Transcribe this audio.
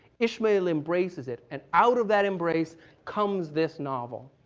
ishmael embraces it, and out of that embrace comes this novel.